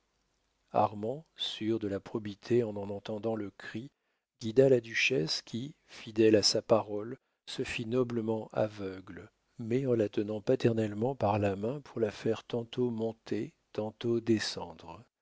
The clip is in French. armand sûr de la probité en en entendant le cri guida la duchesse qui fidèle à sa parole se fit noblement aveugle mais en la tenant paternellement par la main pour la faire tantôt monter tantôt descendre